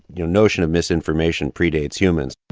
you know, notion of misinformation predates humans